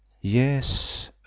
yes